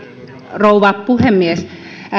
rouva puhemies